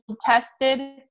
tested